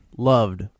loved